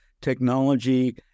technology